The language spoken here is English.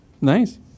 Nice